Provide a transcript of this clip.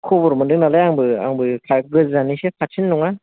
खबर मोनदों नालाय आंबो आंबो फ्राय गोजाननिसो खाथिनि नङा